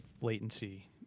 latency